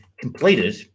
completed